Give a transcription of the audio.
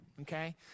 okay